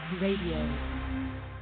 Radio